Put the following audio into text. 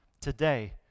today